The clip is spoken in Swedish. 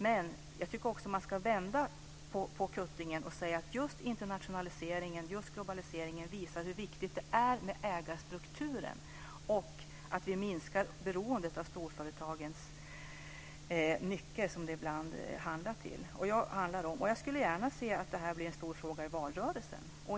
Men jag vill också vända på kuttingen och säga att just internationaliseringen och globaliseringen visar hur viktigt det är med ägarstrukturen och att vi minskar beroendet av storföretagens nycker. Jag skulle gärna se att det här blir en stor fråga i valrörelsen.